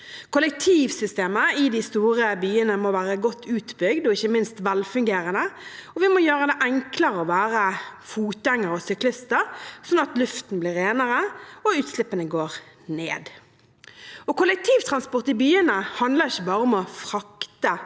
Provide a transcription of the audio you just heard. Kollektivsystemet i de store byene må være godt utbygd og ikke minst velfungerende, og vi må gjøre det enklere å være fotgjengere og syklister, slik at luften blir renere og utslippene går ned. Kollektivtransport i byene handler ikke bare om å frakte